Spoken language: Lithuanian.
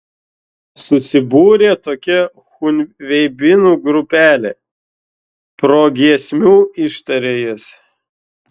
susibūrė tokia chunveibinų grupelė progiesmiu ištarė jis